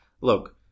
look